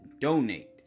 donate